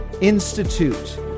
institute